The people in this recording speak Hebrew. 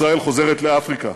ישראל חוזרת לאפריקה.